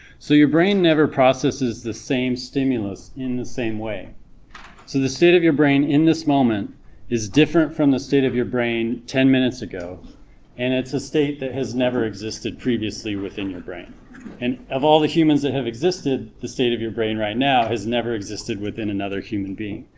so your brain never processes the same stimulus in the same way, so the state of your brain in this moment is different from the state of your brain ten minutes ago and it's a state that has never existed previously within your brain and of all the humans that have existed the state of your brain right now has never existed within another human being,